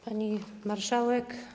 Pani Marszałek!